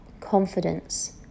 confidence